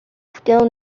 still